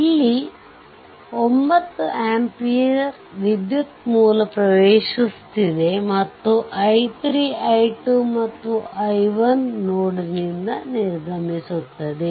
ಇಲ್ಲಿ 9 ಆಂಪಿಯರ್ ವಿದ್ಯುತ್ ಮೂಲ ಪ್ರವೇಶಿಸುತ್ತಿದೆ ಮತ್ತು i3 i2 ಮತ್ತು i1ನೋಡ್ನಿಂದ ನಿರ್ಗಮಿಸುತ್ತದೆ